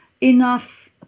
enough